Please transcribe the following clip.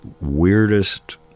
weirdest